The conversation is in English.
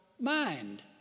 mind